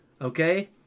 okay